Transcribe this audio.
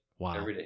Wow